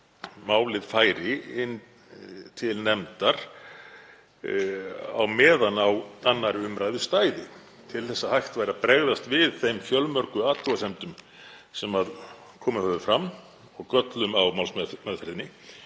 málið færi inn til nefndar á meðan á 2. umr. stæði til að hægt væri að bregðast við þeim fjölmörgu athugasemdum sem komið hefðu fram og göllum á málsmeðferðinni.